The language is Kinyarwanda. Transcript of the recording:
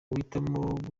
uhitamo